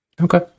Okay